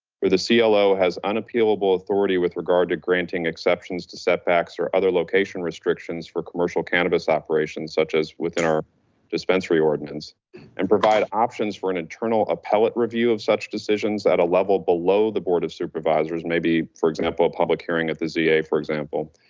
where the clo has unappealable authority with regard to granting exceptions to setbacks or other location restrictions for commercial cannabis operations, such as within our dispensary ordinance and provide options for an internal appellate review of such decisions at a level below the board of supervisors. maybe, for example, a public hearing at the za, for example,